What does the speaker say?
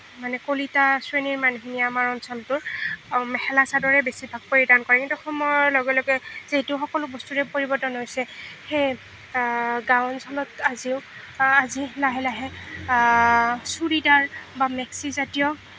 মানে কলিতা শ্ৰেণীৰ মানুহখিনিয়ে আমাৰ অঞ্চলটোৰ মেখেলা চাদৰে বেছিভাগ পৰিধান কৰে কিন্তু সময়ৰ লগে লগে যিহেতু সকলো বস্তুৰে পৰিৱৰ্তন হৈছে সেয়ে গাঁও অঞ্চলত আজিও যি লাহে লাহে চুৰিদাৰ বা মেক্সি জাতীয়